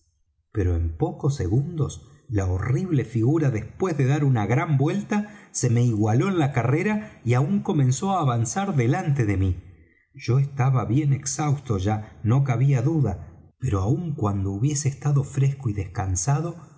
pero en pocos segundos la horrible figura después de dar una gran vuelta se me igualó en la carrera y aun comenzó á avanzar delante de mí yo estaba bien exhausto ya no cabía duda pero aun cuando hubiese estado fresco y descansado